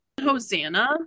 hosanna